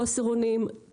חוסר אונים,